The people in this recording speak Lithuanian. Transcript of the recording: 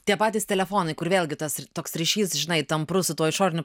tie patys telefonai kur vėlgi tas toks ryšys žinai tamprus su tuo išoriniu